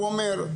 הוא אומר,